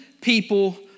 people